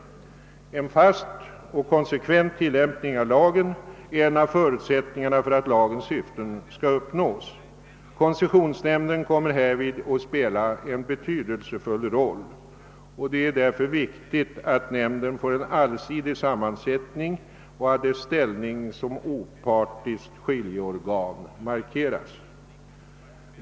En fast och kon sekvent tillämpning av lagen är en av förutsättningarna för att lagens syften skall uppnås. <Koncessionsnämnden kommer härvid att spela en betydelsefull roll, och det är därför viktigt att nämnden får en allsidig sammansättning och att dess ställning som opartiskt skiljeorgan markeras.